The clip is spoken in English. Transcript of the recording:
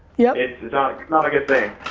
yeah it's it's um not a good thing.